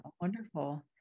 wonderful